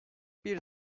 bir